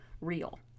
real